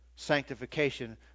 sanctification